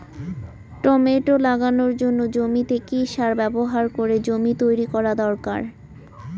Tomato লাগানোর জন্য জমিতে কি সার ব্যবহার করে জমি তৈরি করা দরকার?